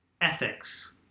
ethics